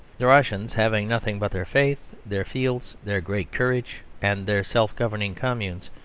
the russians, having nothing but their faith, their fields, their great courage, and their self-governing communes,